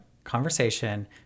Conversation